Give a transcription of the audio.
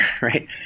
right